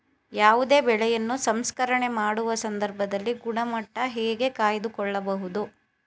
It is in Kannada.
ಯಾವುದೇ ಬೆಳೆಯನ್ನು ಸಂಸ್ಕರಣೆ ಮಾಡುವ ಸಂದರ್ಭದಲ್ಲಿ ಗುಣಮಟ್ಟ ಹೇಗೆ ಕಾಯ್ದು ಕೊಳ್ಳಬಹುದು?